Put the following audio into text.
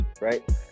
right